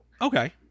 Okay